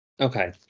Okay